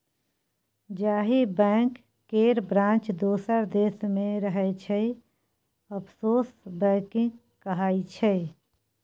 जाहि बैंक केर ब्रांच दोसर देश मे रहय छै आफसोर बैंकिंग कहाइ छै